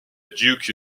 duke